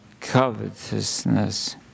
covetousness